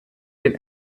den